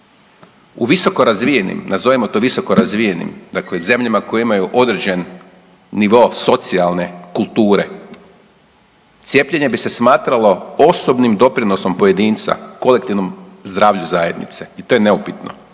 U visokorazvijenim, nazovimo to visokorazvijenim dakle zemljama koje imaju određen nivo socijalne kulture cijepljenje bi se smatralo osobnim doprinosom pojedinca kolektivnom zdravlju zajednice i to je neupitno,